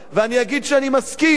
ואני אגיד שאני מסכים,